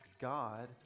God